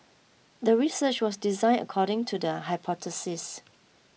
the research was designed according to the hypothesis